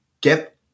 get